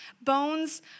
Bones